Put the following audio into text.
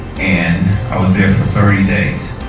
and i was there for thirty days.